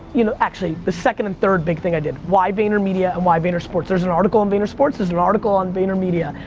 you know actually the second and third big thing i did. why vaynermedia and why vaynersports. there's an article on vaynersports. there's an article on vaynermedia.